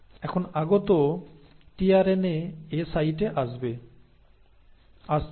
এখন আগত টিআরএনএ এ সাইটে আসছে